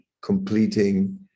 completing